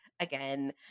again